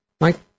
Mike